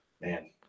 man